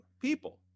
people